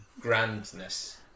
grandness